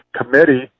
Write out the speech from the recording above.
committee